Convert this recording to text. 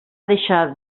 deixar